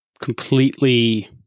completely